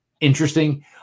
interesting